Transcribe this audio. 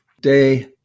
day